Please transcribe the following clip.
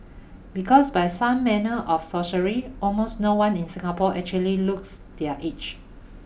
because by some manner of sorcery almost no one in Singapore actually looks their age